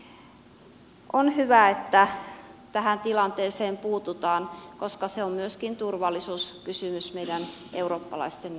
on hyvä että tähän tilanteeseen puututaan koska se on turvallisuuskysymys myöskin meidän eurooppalaisten näkökulmasta